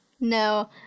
no